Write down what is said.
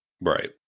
Right